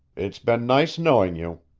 it's been nice knowing you.